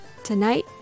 Tonight